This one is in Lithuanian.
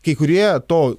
kai kurie to